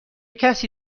کسی